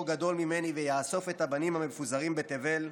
גדול ממני ויאסוף את הבנים המפוזרים בתבל.